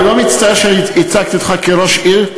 אני לא מצטער שהצגתי אותך כראש עיר,